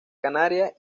canaria